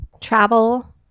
travel